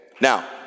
now